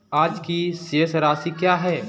आज की शेष राशि क्या है?